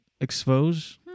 expose